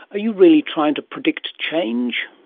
are you really trying to predict change?